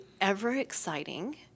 ever-exciting